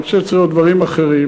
אני חושב שצריכים להיות דברים אחרים,